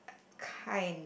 kind